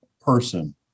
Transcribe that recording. person